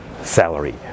salary